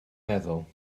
meddwl